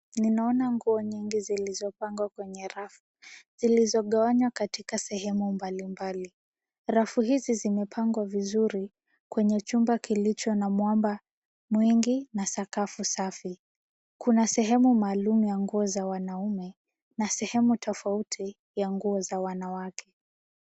Ninaona nguo nyingi zilizopangwa kwenye rafu zilizogawanywa katika sehemu mbali mbali. Rafu hizi zimepangwa vizuri kwenye chumba kilicho na mwamba mwingi na sakafu safi. Kuna sehemu maalum ya nguo za wanaume na sehemu tofauti ya nguo za wamawake.